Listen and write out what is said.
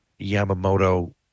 Yamamoto